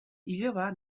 iloba